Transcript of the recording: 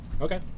Okay